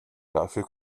dafür